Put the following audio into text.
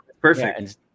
perfect